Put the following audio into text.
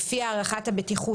לפי הערכת הבטיחות,